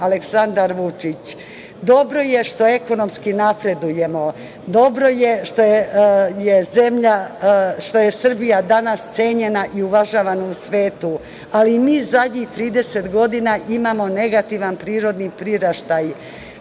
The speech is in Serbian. Aleksandar Vučić. Dobro je što ekonomski napredujemo, dobro je što je Srbija danas cenjena i uvažavana u svetu, ali mi zadnjih 30 godina imamo negativan prirodni priraštaj. Srbija